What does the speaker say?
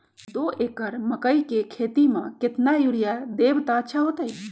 दो एकड़ मकई के खेती म केतना यूरिया देब त अच्छा होतई?